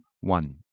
one